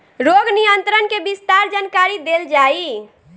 रोग नियंत्रण के विस्तार जानकरी देल जाई?